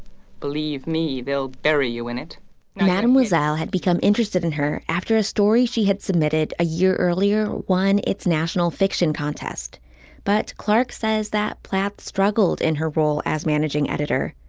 believe me they'll bury you in it madam lasalle had become interested in her after a story she had submitted a year earlier. one it's national fiction contest but clark says that platt struggled in her role as managing editor.